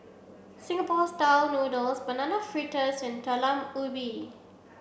Singapore style noodles banana fritters and Talam Ubi